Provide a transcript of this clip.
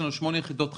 שמונה יחידות חקירות,